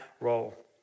role